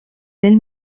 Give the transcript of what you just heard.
del